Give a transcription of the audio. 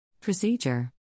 Procedure